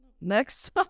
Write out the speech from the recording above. Next